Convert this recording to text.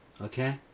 Okay